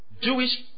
Jewish